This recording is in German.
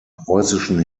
preußischen